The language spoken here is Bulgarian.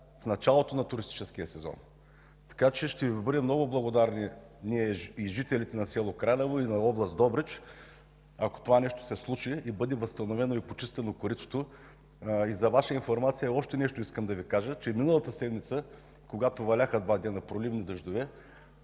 в началото на туристическия сезон. Така че ще Ви бъдем много благодарни – ние и жителите на село Кранево, и на област Добрич, ако това нещо се случи и бъде възстановено и почистено коритото. И за Ваша информация още нещо искам да Ви кажа, че миналата седмица, когато валяха два дена проливни дъждове,